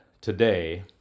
today